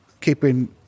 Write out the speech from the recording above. keeping